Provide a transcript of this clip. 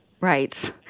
Right